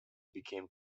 became